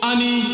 Ani